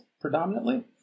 predominantly